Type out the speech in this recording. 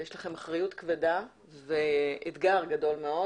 יש לכם אחריות כבדה וזה אתגר גדול מאוד